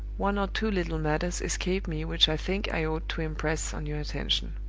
one or two little matters escaped me which i think i ought to impress on your attention